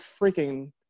freaking